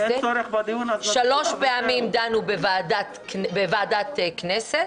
שלוש פעמים דנו בוועדת הכנסת